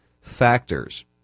factors